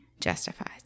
justifies